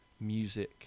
music